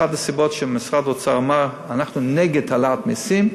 אחת הסיבות היא שמשרד האוצר אמר: אנחנו נגד העלאת מסים.